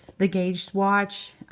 the gauge swatch.